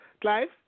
Clive